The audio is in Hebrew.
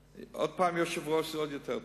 עוד פעם יושב-ראש זה עוד יותר טוב.